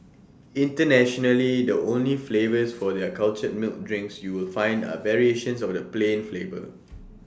internationally the only flavours for their cultured milk drinks you will find are variations of the plain flavour